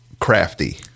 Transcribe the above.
crafty